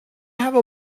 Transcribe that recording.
have